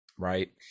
Right